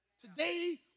Today